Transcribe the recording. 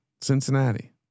Cincinnati